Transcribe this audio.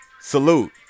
salute